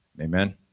Amen